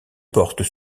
portes